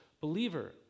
believer